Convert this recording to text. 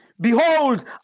Behold